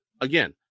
again